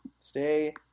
Stay